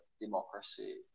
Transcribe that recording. democracy